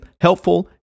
helpful